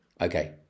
Okay